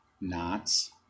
knots